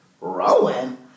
Rowan